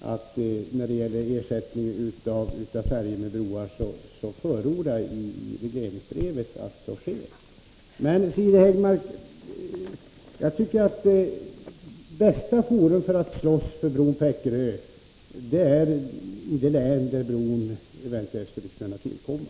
regleringsbrevet har förordat att färjor ersätts med broar. Jag tycker att bästa forum att slåss för en bro till Öckerö är där bron eventuellt skulle kunna tillkomma.